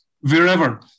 wherever